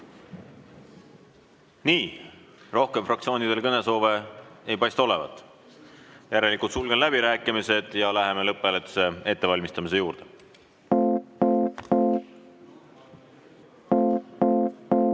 Nii. Rohkem fraktsioonidel kõnesoove ei paista olevat. Järelikult sulgen läbirääkimised ja läheme lõpphääletuse ettevalmistamise juurde.